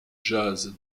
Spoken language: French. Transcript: jazz